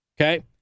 Okay